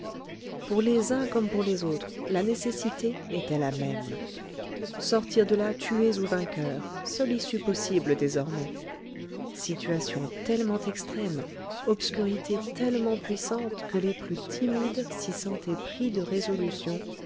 pour les uns comme pour les autres la nécessité était la même sortir de là tués ou vainqueurs seule issue possible désormais situation tellement extrême obscurité tellement puissante que les plus timides s'y sentaient pris de résolution